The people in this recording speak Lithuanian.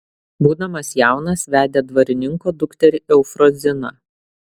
būdamas jaunas vedė dvarininko dukterį eufroziną